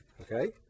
okay